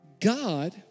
God